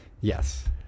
Yes